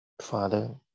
Father